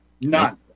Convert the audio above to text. None